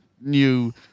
new